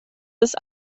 ist